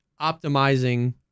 optimizing